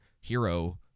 hero